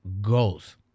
goals